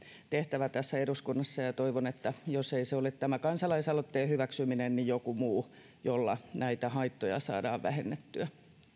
tehtävä tässä eduskunnassa ja toivon että jos se ei ole tämä kansalaisaloitteen hyväksyminen niin joku muu jolla näitä haittoja saadaan vähennettyä